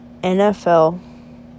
NFL